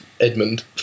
Edmund